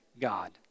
God